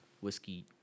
whiskey